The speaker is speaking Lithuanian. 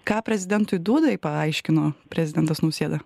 ką prezidentui dūdai paaiškino prezidentas nausėda